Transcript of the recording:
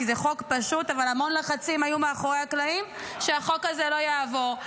כי זה חוק פשוט אבל המון לחצים היו מאחורי הקלעים שהחוק הזה לא יעבור.